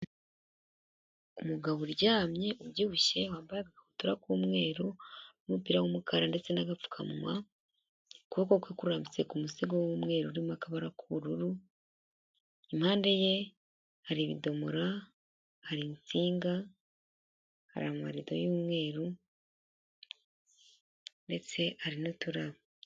Umugabo uryamye ubyibushye wambaye agakabutura k'umweru n'umupira w'umukara ndetse n'agapfukamunwa, ukuboko kwe kurambitse ku musego w'umweru urimo akabara k'ubururu. Impande ye hari ibidomora, hari insinga, hari amarido y'umweru ndetse hari n'uturabo.